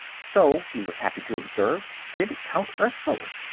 so, he was happy to observe, did count erskyll.